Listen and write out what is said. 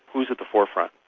who is at the forefront.